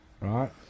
right